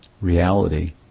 reality